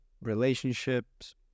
relationships